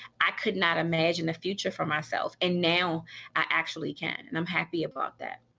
i could not imagine a future for myself. and now i actually can. and i'm happy about that.